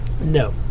No